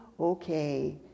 okay